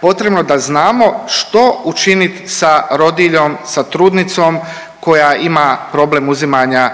potrebno da znamo što učiniti sa rodiljom, sa trudnicom koja ima problem uzimanja